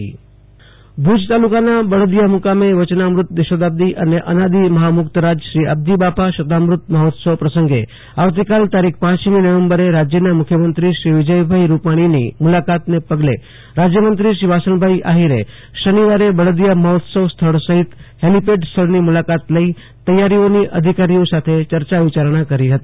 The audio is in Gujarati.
આશતોષ અંતાણી કચ્છ બળદિયા મહોત્સવ ભુજ તાલુકાના બળદીયા મુકામે વચનામ્રત દ્વિશતાબ્દી અને અનાદી મહામુક્તરાજ શ્રી અબજીબાપા શતામૃત મહોત્સવ પ્રસંગે આવતીકાલે પમી નવેમ્બરે રાજ્યના મુખ્યમંત્રી વિજયભાઈ રૂપાણીની મુલાકાતને પગલે રાજ્યમંત્રી વાસણભાઈ આહિરે શનિવારે બળદિયા મહોત્સવ સ્થળ સહિત હેલીપેડ સ્થળની મુલાકાત લઈ તૈયારીઓની અધિકારીઓ સાથે ચર્ચા વિચારણા કરી હતી